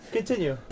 Continue